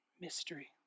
Mystery